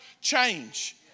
change